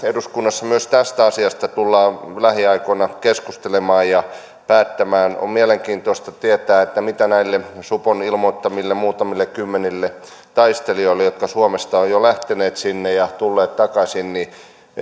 eduskunnassa myös tästä asiasta tullaan lähiaikoina keskustelemaan ja päättämään on mielenkiintoista tietää mitä kuuluu näille supon ilmoittamille muutamille kymmenille taistelijoille jotka suomesta ovat jo lähteneet sinne ja tulleet takaisin